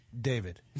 David